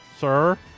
sir